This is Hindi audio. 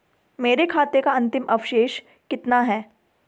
मेरे खाते का अंतिम अवशेष कितना है?